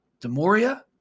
DeMoria